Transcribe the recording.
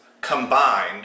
combined